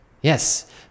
yes